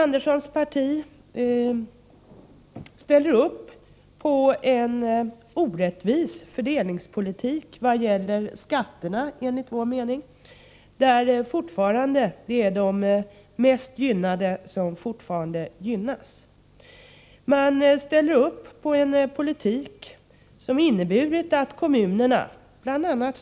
Socialministerns parti ställer sig på skatteområdet bakom en enligt vår mening orättvis fördelningspolitik, där det fortfarande är de mest gynnade som främjas. Man ställer sig bakom en politik som inneburit att kommunerna —bl.a.